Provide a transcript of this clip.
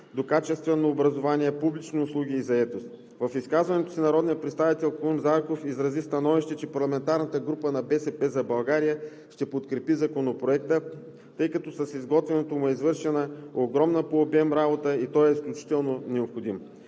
да качествено образование, публични услуги и заетост. В изказването си народният представител Крум Зарков изрази становище, че парламентарната група на „БСП за България“ ще подкрепи Законопроекта, тъй като с изготвянето му е извършена огромна по обем работа и той е изключително необходим.